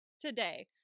today